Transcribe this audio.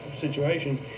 situation